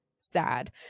sad